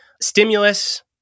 Stimulus